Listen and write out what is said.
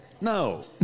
No